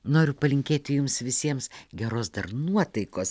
noriu palinkėti jums visiems geros dar nuotaikos